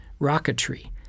rocketry